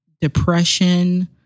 depression